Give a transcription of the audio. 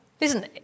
listen